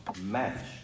match